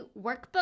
workbook